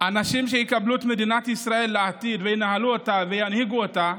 אנשים שיקבלו את מדינת ישראל לעתיד וינהלו אותה וינהיגו אותה,